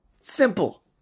Simple